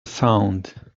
sound